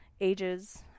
ages